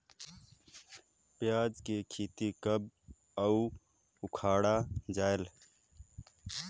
पियाज के खेती कब अउ उखाड़ा जायेल?